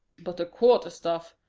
but the quarter-staff.